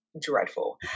dreadful